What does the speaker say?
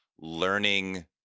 learning